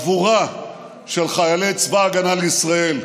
שבאה לידי ביטוי בגבורה של חיילי צבא ההגנה לישראל,